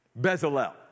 Bezalel